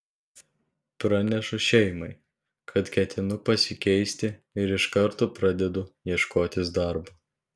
pranešu šeimai kad ketinu pasikeisti ir iš karto pradedu ieškotis darbo